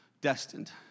destined